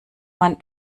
man